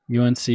UNC